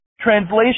translation